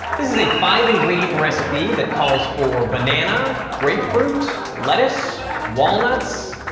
this is a five ingredient recipe that calls for banana, grapefruit, lettuce, walnuts,